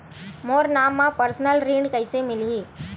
मोर नाम म परसनल ऋण कइसे मिलही?